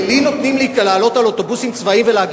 לי נותנים לעלות לאוטובוסים צבאיים ולהגיד